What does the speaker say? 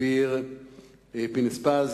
אופיר פינס-פז.